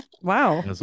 Wow